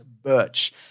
birch